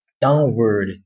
downward